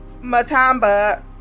matamba